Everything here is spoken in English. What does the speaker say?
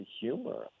humor